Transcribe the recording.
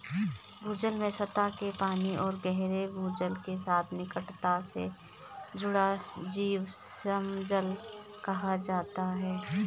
भूजल में सतह के पानी और गहरे भूजल के साथ निकटता से जुड़ा जीवाश्म जल कहा जाता है